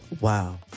Wow